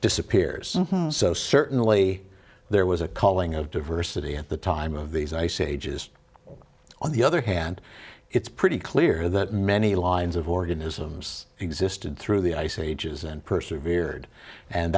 disappears so certainly there was a calling of diversity at the time of these ice ages on the other hand it's pretty clear that many lines of organisms existed through the ice ages and persevered and